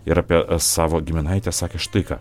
ir apie savo giminaitę sakė štai ką